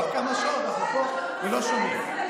כבר כמה שעות אנחנו פה ולא שומעים.